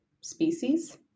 species